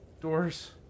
Doors